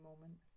moment